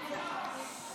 שיתחיל כבר?